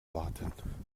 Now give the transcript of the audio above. warten